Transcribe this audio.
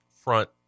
front